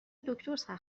دکتر